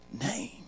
name